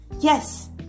yes